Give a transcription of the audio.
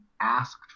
asked